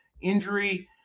injury